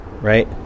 right